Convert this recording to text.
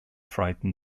frighten